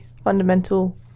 fundamental